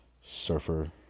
surfer